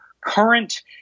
current